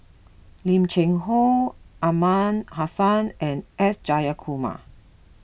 Lim Cheng Hoe Aliman Hassan and S Jayakumar